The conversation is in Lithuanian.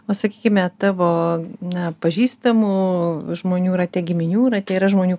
o sakykime tavo na pažįstamų žmonių rate giminių rate yra žmonių